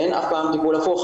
אין אף פעם טיפול הפוך,